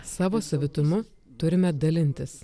savo savitumu turime dalintis